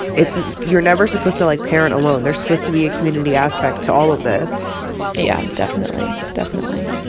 it's you're never supposed to, like, parent alone. there's supposed to be a community aspect to all of this yeah, definitely, definitely,